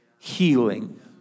healing